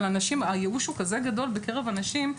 אבל אנשים, הייאוש הוא כזה גדול בקרב אנשים.